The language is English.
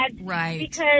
right